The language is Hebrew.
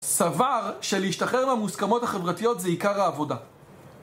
סבר שלהשתחרר מהמוסכמות החברתיות זה עיקר העבודה.